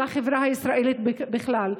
ולחברה הישראלית בכלל.